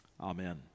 amen